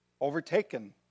overtaken